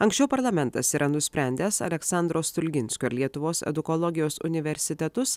anksčiau parlamentas yra nusprendęs aleksandro stulginskio ir lietuvos edukologijos universitetus